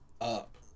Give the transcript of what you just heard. up